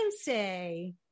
say